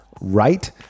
right